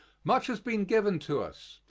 much has been given to us,